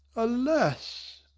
alas!